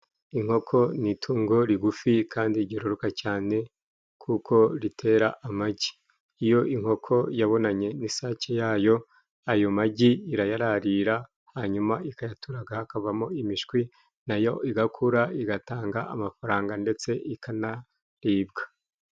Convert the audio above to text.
Inkoko ni itungo rigufi kandi ryororoka cyane kuko ritera amagi. Iyo inkoko yabonanye n'isake yayo, ayo magi irayararira hanyuma ikayaturaga hakavamo imishwi, nayo igakura igatanga amafaranga ndetse ikanaribwa.